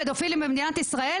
מיגרו את כל הפדופילים במדינת ישראל?